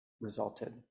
resulted